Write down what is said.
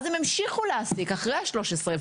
אז הם המשיכו להעסיק, אחרי ה-13.